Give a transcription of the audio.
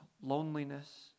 loneliness